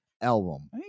album